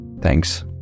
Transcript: thanks